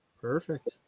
Perfect